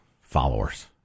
followers